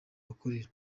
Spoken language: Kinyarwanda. bakorera